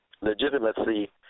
legitimacy